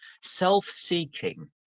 Self-seeking